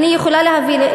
טוב.